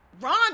Ron